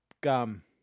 gum